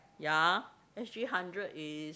ya S_G hundred is